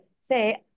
say